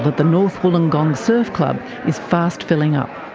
but the north wollongong surf club is fast filling up.